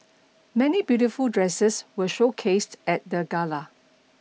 many beautiful dresses were showcased at the gala